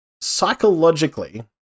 psychologically